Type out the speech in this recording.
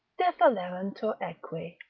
dephalerantur equi.